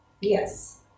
Yes